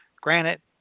granite